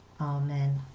Amen